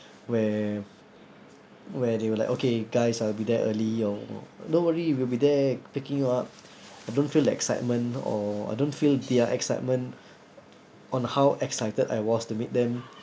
where where they will like okay guys I'll be there early or don't worry we'll be there picking you up I don't feel the excitement or I don't feel their excitement on how excited I was to meet them